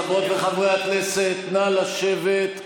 חברות וחברי הכנסת, נא לשבת.